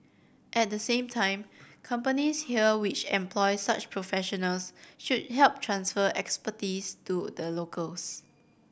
at the same time companies here which employ such professionals should help transfer expertise to the locals